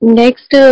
next